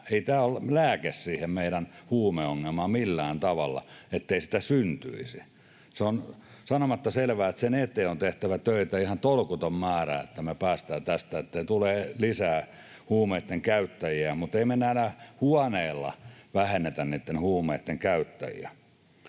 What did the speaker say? Ei tämä ole lääke siihen meidän huumeongelmaan millään tavalla, siihen, ettei sitä ongelmaa syntyisi. Se on sanomatta selvää, että sen eteen on tehtävä töitä ihan tolkuton määrä, että me päästään tästä, ettei tule lisää huumeitten käyttäjiä. Mutta ei me näillä huoneilla vähennetä niitten huumeitten käyttäjiä.